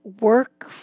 work